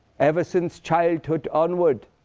ever since childhood onward,